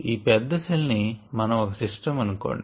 ఈ పెద్ద సెల్ ని మన మన సిస్టం గా అనుకొండి